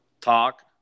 talk